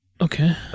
Okay